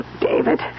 David